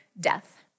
death